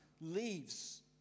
leaves